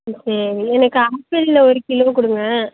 சரி எனக்கு ஆப்பிளில் ஒரு கிலோ கொடுங்க